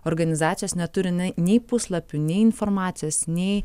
organizacijos neturi nei puslapių nei informacijos nei